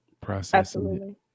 processing